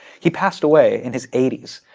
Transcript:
he passed away in his eighty s.